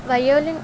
violin